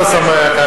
איפה הוא, בבקשה.